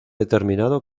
determinado